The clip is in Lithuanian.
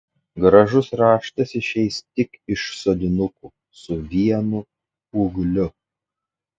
gražus raštas išeis tik iš sodinukų su vienu ūgliu